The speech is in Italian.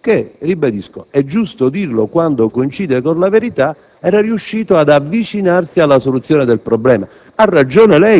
che - lo ribadisco, è bene dirlo quando ciò coincide con la verità - era riuscito ad avvicinarsi alla soluzione del problema.